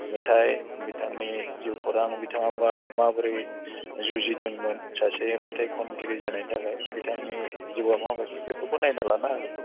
मेथाइ बिथांनि जिउखौरां बिथाङा माबोरै जुजिदोंमोन सासे मेथाइ खनगिरि जानायनि थाखाय बिथांनि जिउआ माबायदि बेफोरखौ नायना लानो हागोन